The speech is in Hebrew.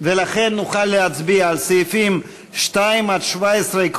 ולכן נוכל להצביע על סעיפים 2 17,